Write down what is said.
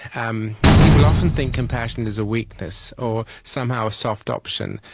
um people often think compassion is a weakness or somehow a soft option,